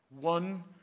One